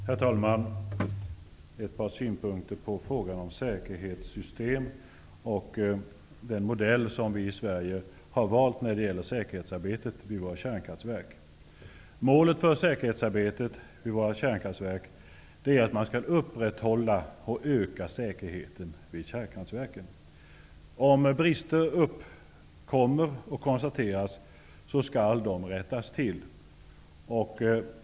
Herr talman! Jag vill framföra ett par synpunkter på frågan om säkerhetssystem och den modell som vi i Sverige har valt när det gäller säkerhetsarbetet vid våra kärnkraftverk. Målet för säkerhetsarbetet vid våra kärnkraftverk är att man skall upprätthålla och öka säkerheten. Om brister uppkommer och konstateras skall de rättas till.